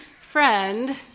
friend